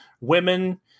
women